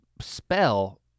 spell